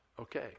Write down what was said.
Okay